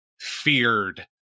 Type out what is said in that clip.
feared